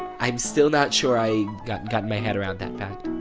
i'm still not sure i gotten gotten my head around that fact